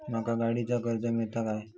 माका गाडीचा कर्ज मिळात काय?